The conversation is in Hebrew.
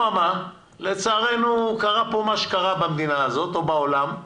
אבל לצערנו קרה פה שקרה במדינה הזאת או בעולם,